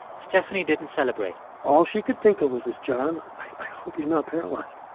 stephanie didn't celebrate all she could think of was just, john, i hope he's not paralyzed.